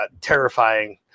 terrifying